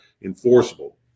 enforceable